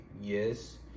yes